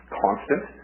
constant